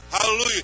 Hallelujah